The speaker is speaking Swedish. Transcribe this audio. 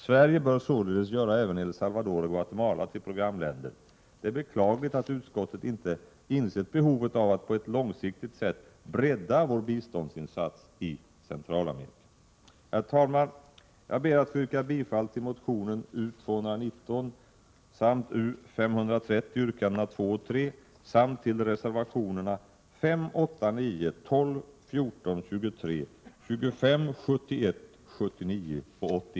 Sverige bör således göra även El Salvador coh Guatemala till programländer. Det är beklagligt att utskottet inte insett behovet av att på ett långsiktigt sätt bredda vår biståndsinsats i Centralamerika. Herr talman! Jag ber att få yrka bifall till motionen U219, motion U530 yrkande 2 och 3 samt reservationerna 5, 8, 9, 12, 14, 23, 25, 71,79 och 80.